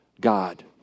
God